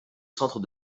centre